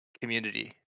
community